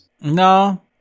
No